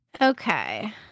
okay